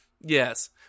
Yes